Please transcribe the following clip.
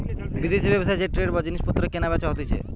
বিদেশি ব্যবসায় যে ট্রেড বা জিনিস পত্র কেনা বেচা হতিছে